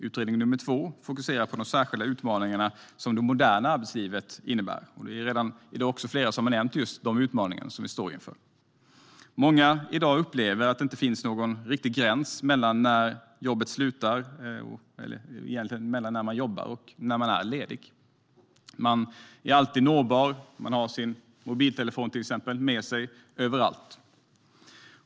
Den andra utredningen fokuserar på de särskilda utmaningarna som det moderna arbetslivet innebär. Det är flera som i dag redan har nämnt de utmaningar vi står inför. Många upplever i dag att det inte finns någon riktig gräns mellan när man jobbar och när man är ledig. Man är alltid nåbar, och man har sin mobiltelefon med sig överallt.